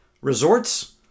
resorts